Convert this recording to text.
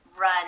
run